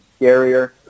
scarier